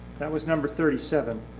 that was number thirty seven,